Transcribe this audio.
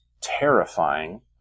terrifying